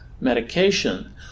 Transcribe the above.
medication